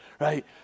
right